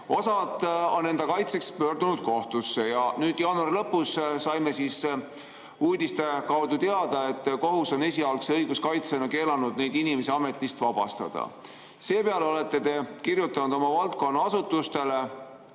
Osa on enda kaitseks pöördunud kohtusse ja nüüd jaanuari lõpus saime uudiste kaudu teada, et kohus on esialgse õiguskaitsena keelanud neid inimesi ametist vabastada. Seepeale olete te kirjutanud oma valdkonna asutustele,